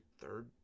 third